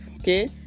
okay